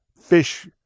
fish